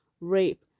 rape